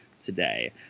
today